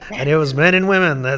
and it was men and women.